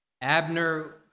Abner